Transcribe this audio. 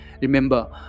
Remember